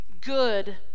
good